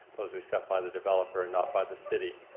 those are set by the developer, not by the city.